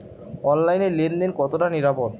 অনলাইনে লেন দেন কতটা নিরাপদ?